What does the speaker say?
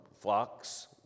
flocks